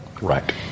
Right